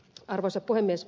arvoisa puhemies